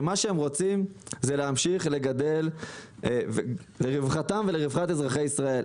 מה שהם רוצים זה להמשיך לגדל לרווחתם ולרווחת אזרחי ישראל.